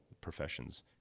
professions